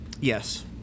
Yes